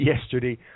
yesterday